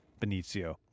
Benicio